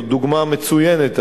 אבל זו דוגמה מצוינת,